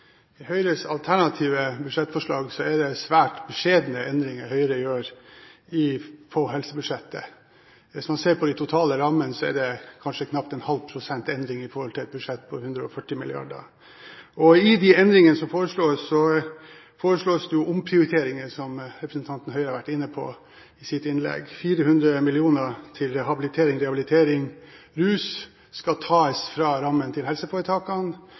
I Høyres alternative budsjettforslag er det svært beskjedne endringer Høyre gjør på helsebudsjettet. Hvis man ser på de totale rammene, er det kanskje knapt ½ pst. endring i forhold til et budsjett på 140 mrd. kr. I de endringene som foreslås, er det omprioriteringer, som representanten Høie var inne på i sitt innlegg – 400 mill. kr til habilitering/rehabilitering og rusbehandling som skal tas fra rammen til helseforetakene,